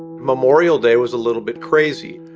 memorial day was a little bit crazy.